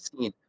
seen